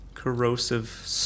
Corrosive